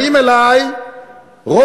באים אלי רופאים,